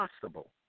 possible